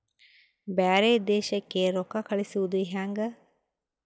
ಬ್ಯಾರೆ ದೇಶಕ್ಕೆ ರೊಕ್ಕ ಕಳಿಸುವುದು ಹ್ಯಾಂಗ?